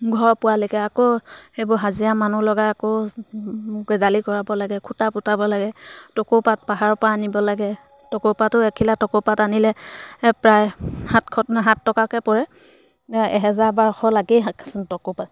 ঘৰ পোৱালৈকে আকৌ সেইবোৰ হাজিৰা মানুহ লগাই আকৌ জালি কৰাব লাগে খুঁটা পুতাব লাগে টকৌপাত পাহাৰৰ পৰা আনিব লাগে টকৌপাতো এখিলা টকৌপাত আনিলে প্ৰায় সাতশ সাত টকাকৈ পৰে এহেজাৰ বাৰশ লাগেইছোন টকৌপাত